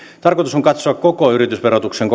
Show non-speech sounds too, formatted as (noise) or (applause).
tarkoitus on katsoa koko yritysverotuksen (unintelligible)